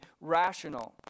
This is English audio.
rational